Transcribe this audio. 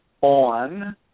on